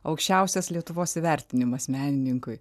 aukščiausias lietuvos įvertinimas menininkui